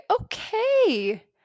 okay